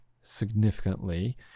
significantly